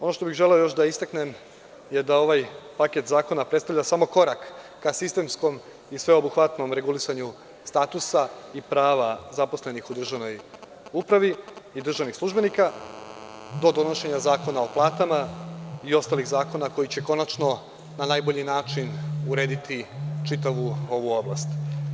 Ono što bih želeo još da istaknem jeste da ovaj paket zakona predstavlja samo korak ka sistemskom i sveobuhvatnom regulisanju statusa i prava zaposlenih u državnoj upravi i držanih službenika do donošenja Zakona o platama i ostalih zakona koji će konačno na najbolji način urediti čitavu ovu oblast.